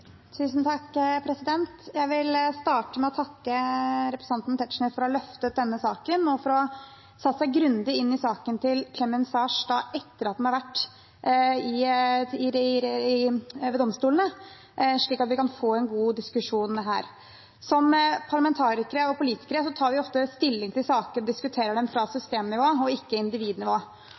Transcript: Jeg vil starte med å takke representanten Tetzschner for å ha løftet denne saken og for å ha satt seg grundig inn i saken til Clemens Saers etter at den har vært i domstolene, slik at vi kan få en god diskusjon her. Som parlamentarikere og politikere tar vi ofte stilling til saker og diskuterer dem fra systemnivå og ikke individnivå.